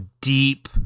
deep